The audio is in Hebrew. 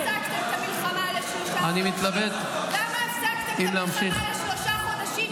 תגיד, למה הפסקתם את המלחמה לשלושה חודשים?